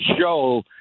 show